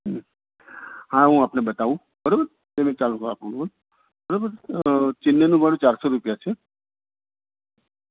હમ હા હું આપને બતાવું બરાબર બે મિનિટ ચાલુ રાખો બરાબર ચેન્નઈનું ભાડું ચારસો રૂપિયા છે